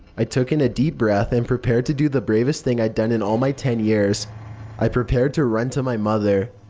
i took and deep breath and prepared to do the bravest thing i'd done in all my ten years i prepared to run to my mother.